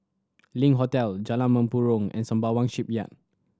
Link Hotel Jalan Mempurong and Sembawang Shipyard